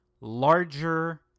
larger